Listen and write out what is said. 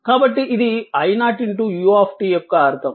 కాబట్టి ఇది i0 u యొక్క అర్థం